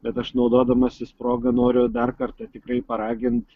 bet aš naudodamasis proga noriu dar kartą tikrai paragint